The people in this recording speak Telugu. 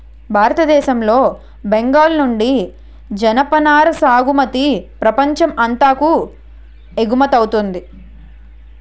భారతదేశం లో బెంగాల్ నుండి జనపనార సాగుమతి ప్రపంచం అంతాకు ఎగువమౌతుంది